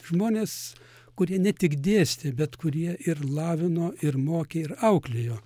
žmonės kurie ne tik dėstė bet kurie ir lavino ir mokė ir auklėjo